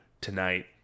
tonight